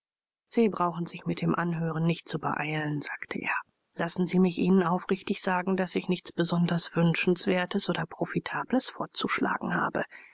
sie brauchen sich mit dem anhören nicht zu beeilen sagte er lassen sie mich ihnen aufrichtig sagen daß ich nichts besonders wünschenswertes oder profitables vorzuschlagen habe